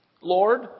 Lord